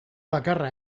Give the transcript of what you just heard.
bakarra